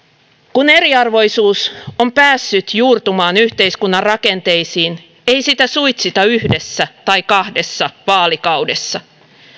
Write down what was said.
kun eriarvoisuus on päässyt juurtumaan yhteiskunnan rakenteisiin ei sitä suitsita yhdessä tai kahdessa vaalikaudessa